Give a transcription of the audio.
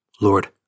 Lord